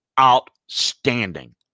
outstanding